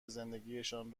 زندگیشان